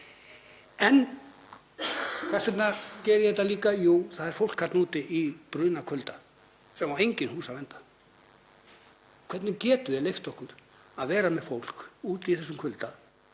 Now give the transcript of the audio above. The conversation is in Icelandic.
En hvers vegna segi ég þetta? Jú, það er fólk þarna úti í brunagaddi sem á í engin hús að venda. Hvernig getum við leyft okkur að vera með fólk úti í þessum kulda